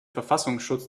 verfassungsschutz